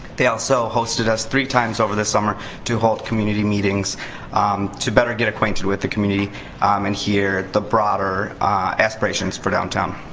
they also hosted us three times over this summer to hold community meetings to better get acquainted with the community and hear the broader aspirations for downtown.